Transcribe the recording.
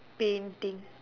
painting